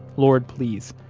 lord, please,